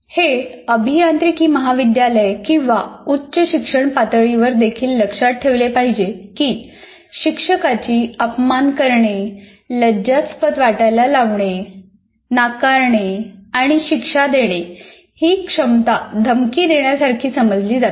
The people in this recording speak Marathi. हे अभियांत्रिकी महाविद्यालय किंवा उच्च शिक्षण पातळीवर देखील लक्षात ठेवले पाहिजे की शिक्षकाची अपमान करणे लज्जास्पद वाटायला लावणे नाकारणे आणि शिक्षा देणे ही क्षमता धमकी देण्यासारखी समजली जाते